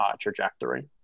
trajectory